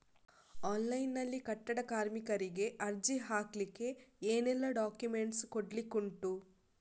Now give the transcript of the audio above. Online ನಲ್ಲಿ ಕಟ್ಟಡ ಕಾರ್ಮಿಕರಿಗೆ ಅರ್ಜಿ ಹಾಕ್ಲಿಕ್ಕೆ ಏನೆಲ್ಲಾ ಡಾಕ್ಯುಮೆಂಟ್ಸ್ ಕೊಡ್ಲಿಕುಂಟು?